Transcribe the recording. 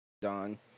Don